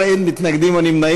בעד, 19, אין מתנגדים או נמנעים.